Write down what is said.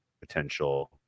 potential